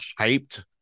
hyped